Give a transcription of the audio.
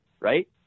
right